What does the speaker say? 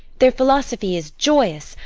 their philosophy is joyous,